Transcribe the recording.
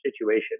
situation